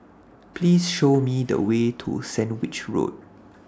Please Show Me The Way to Sandwich Road